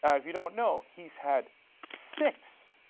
ah if you don't know, he has had six.